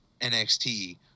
NXT